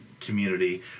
community